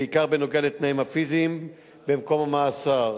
בעיקר בנוגע לתנאים הפיזיים במקום המאסר,